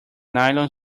nylon